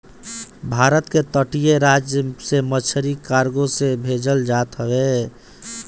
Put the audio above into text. भारत के तटीय राज से मछरी कार्गो से भेजल जात हवे